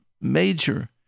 major